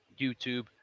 YouTube